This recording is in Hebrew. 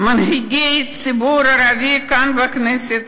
מנהיגי הציבור הערבי כאן בכנסת